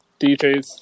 DJs